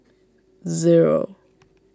zero